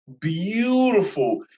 beautiful